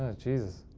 jesus.